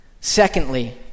Secondly